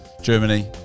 Germany